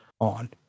on